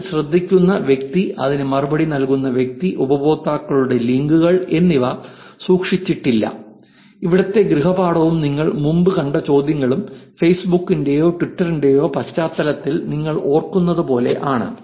അതിൽ ശ്രദ്ധിക്കുന്ന വ്യക്തി അതിന് മറുപടി നൽകുന്ന വ്യക്തി ഉപയോക്താക്കളുടെ ലിങ്കുകൾ എന്നിവ സൂക്ഷിച്ചിട്ടില്ല ഇവിടത്തെ ഗൃഹപാഠവും നിങ്ങൾ മുമ്പ് കണ്ട ചോദ്യങ്ങളും ഫെയ്സ്ബുക്കിന്റെയോ ട്വിറ്ററിന്റെയോ പശ്ചാത്തലത്തിൽ നിങ്ങൾ ഓർക്കുന്നതുപോലെ ആണ്